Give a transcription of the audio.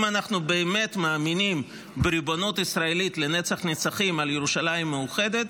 אם אנחנו באמת מאמינים בריבונות ישראלית לנצח-נצחים על ירושלים מאוחדת,